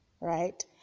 right